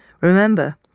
Remember